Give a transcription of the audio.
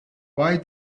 why